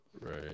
Right